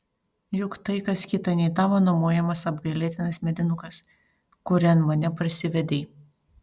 juk tai kas kita nei tavo nuomojamas apgailėtinas medinukas kurian mane parsivedei